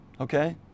okay